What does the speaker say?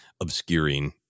obscuring